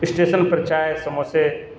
station پر چائے سمو سے